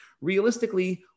realistically